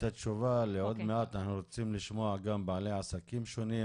קודם אנחנו רוצים לשמוע גם בעלי עסקים שונים,